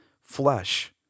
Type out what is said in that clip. flesh